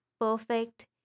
perfect